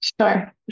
Sure